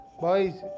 Boys